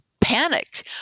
panicked